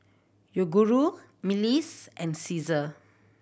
Yoguru Miles and Cesar